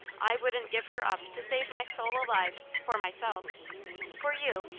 i wouldn't give her up to save my soul alive, for myself for you,